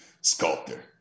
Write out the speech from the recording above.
Sculptor